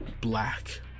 black